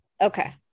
okay